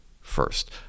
first